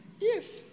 Yes